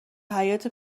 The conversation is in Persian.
حیاط